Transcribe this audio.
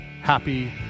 happy